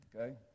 Okay